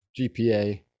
GPA